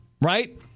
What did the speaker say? right